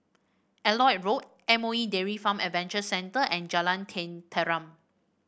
Elliot Road M O E Dairy Farm Adventure Centre and Jalan Tenteram